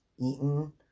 eaten